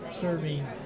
serving